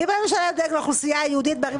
אבל מי בממשלה דואג לאוכלוסייה היהודית בערים